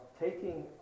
taking